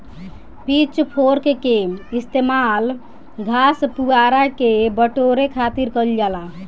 pitch fork के इस्तेमाल घास, पुआरा के बटोरे खातिर कईल जाला